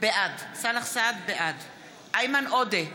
בעד איימן עודה,